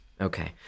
okay